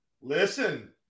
Listen